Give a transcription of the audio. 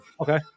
Okay